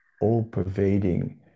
all-pervading